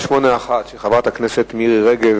שאילתא 481, של חברת הכנסת מירי רגב: